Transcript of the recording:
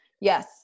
Yes